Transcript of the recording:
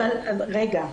רגע,